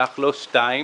לא שתיים,